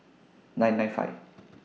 nine nine five